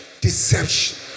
Deception